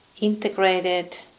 integrated